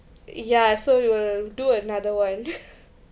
ya so we will do another one